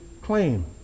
claim